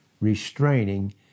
restraining